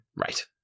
Right